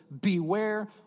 beware